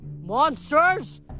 Monsters